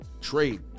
trade